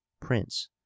prince